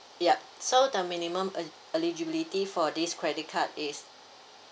yup so the minimum e~ eligibility for this credit card is